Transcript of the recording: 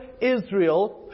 Israel